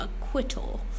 acquittal